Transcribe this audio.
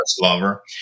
lover